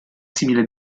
simile